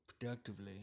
productively